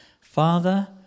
Father